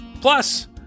Plus